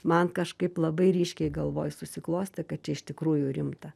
man kažkaip labai ryškiai galvoj susiklostė kad čia iš tikrųjų rimta